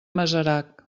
masarac